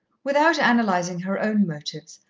without analysing her own motives,